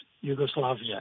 Yugoslavia